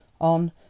On